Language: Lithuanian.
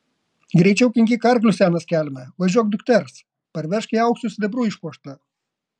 greičiau kinkyk arklius senas kelme važiuok dukters parvežk ją auksu sidabru išpuoštą